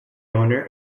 owner